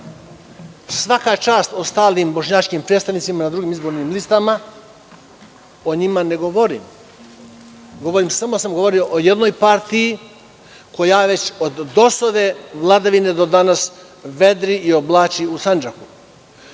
Svaka čast ostalim bošnjačkim predstavnicima na drugim izbornim listama. O njima ne govorim. Samo sam govorio o jednoj partiji koja već od DOS-ove vladavine do danas vedri i oblači u Sandžaku.U